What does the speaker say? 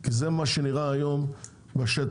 כי זה מה שנראה היום בשטח.